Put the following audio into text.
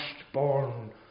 firstborn